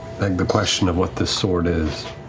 begged the question of what this sword is